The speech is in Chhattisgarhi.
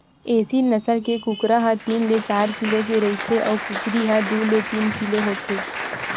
एसील नसल के कुकरा ह तीन ले चार किलो के रहिथे अउ कुकरी ह दू ले तीन किलो होथे